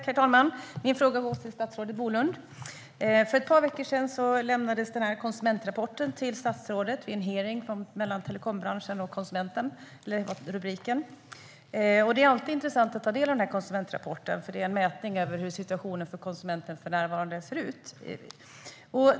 Herr talman! Min fråga går till statsrådet Bolund. För ett par veckor sedan lämnades en konsumentrapport till statsrådet vid en hearing med rubriken Telekombranschen och konsumenten. Det är alltid intressant att ta del av konsumentrapporten, för den är en mätning av hur situationen för konsumenten för närvarande ser ut.